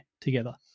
together